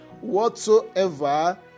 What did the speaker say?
whatsoever